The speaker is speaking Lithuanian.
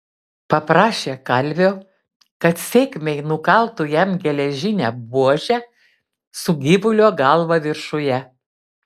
paprašė kalvio kad sėkmei nukaltų jam geležinę buožę su gyvulio galva viršuje